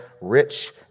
rich